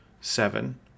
Seven